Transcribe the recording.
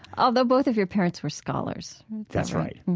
although both of your parents were scholars that's right